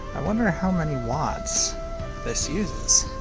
i wonder how many watts this uses.